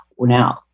now